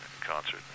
concert